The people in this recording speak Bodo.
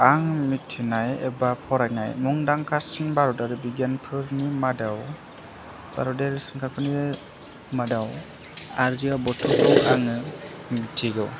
आं मिथिनाय एबा फरायनाय मुंदांखासिन भारतारि बिगियानफोरनि मादाव भारतारि सानखांफोरनि मादाव आर्यभत्त'खौ आङो मिथिगौ